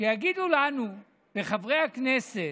שיגידו לנו, לחברי הכנסת,